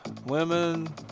women